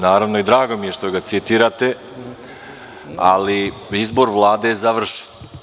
Naravno, drago mi je što ga citirate, ali, izbor Vlade je završen.